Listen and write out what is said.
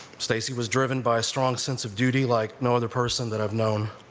stacey was driven by strong sense of duty like no other person that i've known.